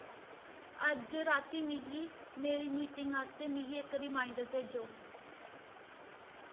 अज्ज राती मिगी मेरी मीटिंग आस्तै मिगी इक रिमाइंडर भेजो